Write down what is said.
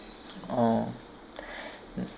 oh mm